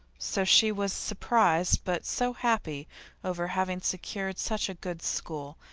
so she was surprised, but so happy over having secured such a good school,